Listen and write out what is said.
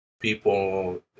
people